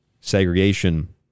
Segregation